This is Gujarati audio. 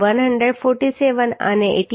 147 અને 89